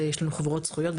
ויש לנו חוברות זכויות,